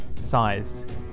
sized